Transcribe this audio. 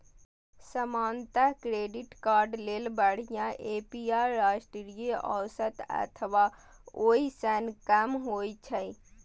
सामान्यतः credit card लेल बढ़िया ए.पी.आर राष्ट्रीय औसत अथवा ओइ सं कम होइ छै